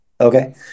Okay